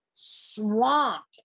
swamped